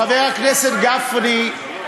חבר הכנסת גפני,